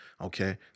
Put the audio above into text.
okay